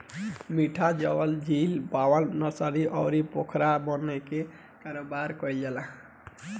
मीठा जल में झींगा पालन नर्सरी, अउरी पोखरा बना के कारोबार कईल जाला